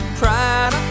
pride